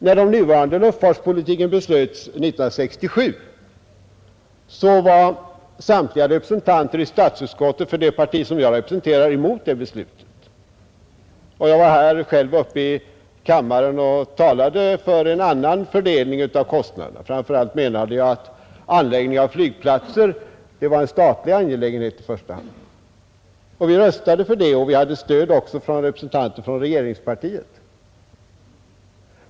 När den nuvarande luftfartspolitiken beslöts 1967 var i statsutskottet samtliga representanter för det parti jag företräder emot det beslutet, och jag talade själv i kammaren för en annan fördelning av kostnaderna — framför allt menade jag att anläggning av flygplatser i första hand var en statlig angelägenhet. Vi röstade för detta förslag och vi fick stöd också av representanter för regeringspartiet.